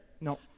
No